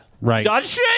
Right